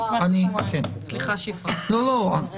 סליחה שהפרעתי.